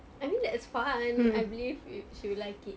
I think that's fun I believe it she will like it